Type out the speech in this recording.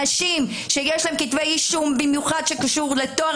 אנשים שיש להם כתבי אישום במיוחד שקשור לטוהר